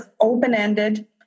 open-ended